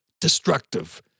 destructive